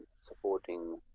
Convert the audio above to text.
supporting